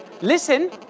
Listen